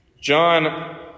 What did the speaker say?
John